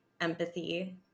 empathy